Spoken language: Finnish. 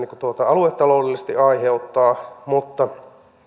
aluetaloudellisesti aiheuttaa mutta